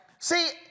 see